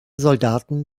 soldaten